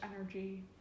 energy